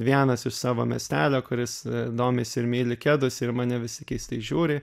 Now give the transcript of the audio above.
vienas iš savo miestelio kuris domisi ir myli kedus ir į mane visi keistai žiūri